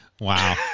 Wow